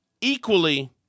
equally